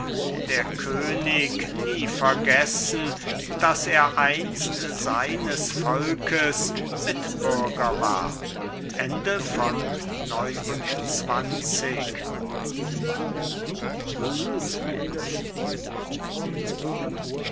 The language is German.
der könig nie vergessen daß er einst seines volkes mitbürger war